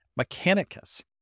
Mechanicus